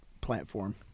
platform